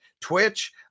Twitch